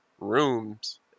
rooms